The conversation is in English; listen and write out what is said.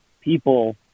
people